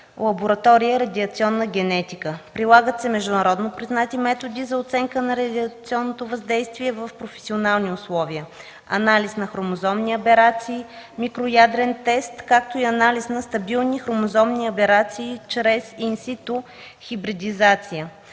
лаборатория „Радиационна генетика”. Прилагат се международно признати методи за оценка на радиационното въздействие в професионални условия, анализ на хромозомни аберации, микроядрен тест, както и анализ на стабилни хромозомни аберации чрез ин сито хибридизация.